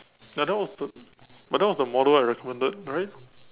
no that was the but that was the model I recommended right